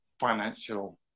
financial